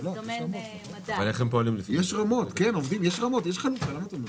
יש חלוקה.